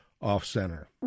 Off-Center